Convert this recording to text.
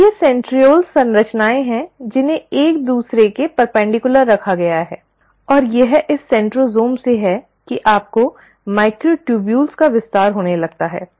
अब ये सेंट्रिओल्स संरचनाएं हैं जिन्हें एक दूसरे के लंबवत रखा गया है और यह इस सेंट्रोसोम से है कि आपको माइक्रोट्यूबुल्स का विस्तार होने लगता है